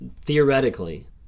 theoretically